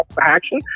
action